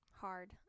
hard